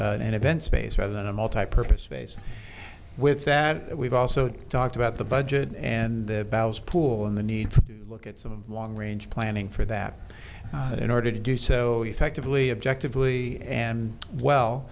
an event space rather than a multi purpose face with that we've also talked about the budget and the battles pool and the need to look at some long range planning for that in order to do so effectively objective lee and well